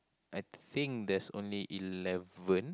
I think there's only eleven